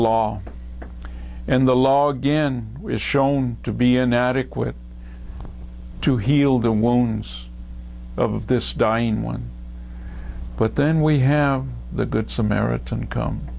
law and the law again is shown to be inadequate to heal the wounds of this dying one but then we have the good samaritan come